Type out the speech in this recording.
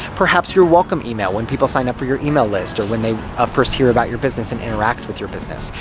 perhaps, your welcome email, when people sign up for your email list or when they ah first hear about your business and interact with your business.